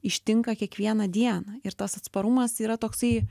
ištinka kiekvieną dieną ir tas atsparumas yra toksai